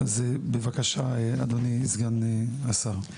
אז בבקשה, אדוני סגן השר.